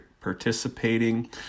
participating